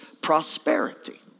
prosperity